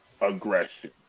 aggression